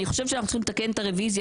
אני חושבת שאנחנו צריכים לתקן את הרביזיה,